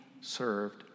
served